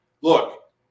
look